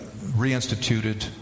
reinstituted